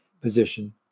position